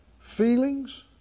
Feelings